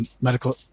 medical